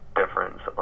difference